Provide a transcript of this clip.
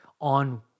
on